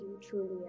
truly